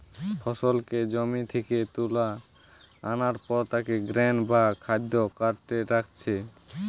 ফসলকে জমি থিকে তুলা আনার পর তাকে গ্রেন বা খাদ্য কার্টে রাখছে